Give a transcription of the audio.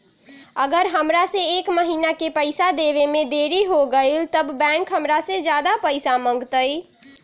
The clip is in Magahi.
अगर हमरा से एक महीना के पैसा देवे में देरी होगलइ तब बैंक हमरा से ज्यादा पैसा मंगतइ?